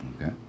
Okay